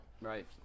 right